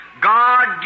God